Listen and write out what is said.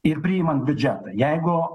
ir priimant biudžetą jeigu